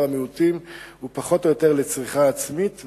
המיעוטים הוא פחות או יותר לצריכה עצמית,